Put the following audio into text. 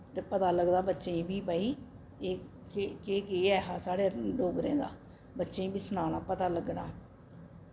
ते पता लगदा बच्चें गी बी भई एह् केह् केह् केह् ऐ हा साढ़े डोगरें दा बच्चें ही बी सनाना पता लग्गना